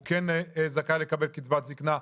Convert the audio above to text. שהוא כן זכאי לקבל קצבת זקנה.